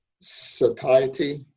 satiety